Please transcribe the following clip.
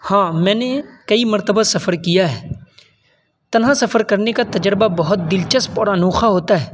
ہاں میں نے کئی مرتبہ سفر کیا ہے تنہا سفر کرنے کا تجربہ بہت دلچسپ اور انوکھا ہوتا ہے